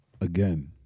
again